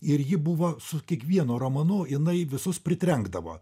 ir ji buvo su kiekvienu romanu jinai visus pritrenkdavo